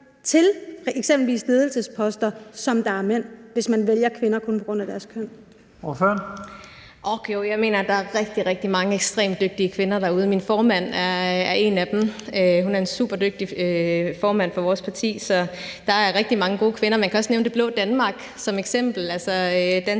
deres køn? Kl. 15:36 Første næstformand (Leif Lahn Jensen): Ordføreren. Kl. 15:36 Susie Jessen (DD): Ork jo, jeg mener, der er rigtig, rigtig mange ekstremt dygtige kvinder derude. Min formand er en af dem. Hun er en superdygtig formand for vores parti, så der er rigtig mange gode kvinder. Man kan også nævne Det Blå Danmark som eksempel, altså Danske